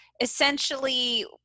essentially